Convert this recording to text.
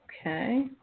Okay